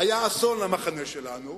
היה אסון למחנה שלנו.